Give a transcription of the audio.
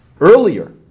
earlier